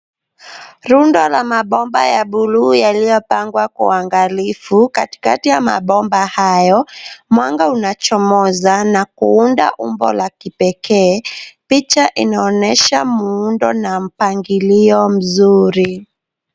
Rundo la mapomba ya blue yaliyopangwa kwa uangalifu katikati ya mapomba hayo, mwanga unachomoza na kuunda umbo la kipekee picha unaonyesha muundo na mpangilio mzuri.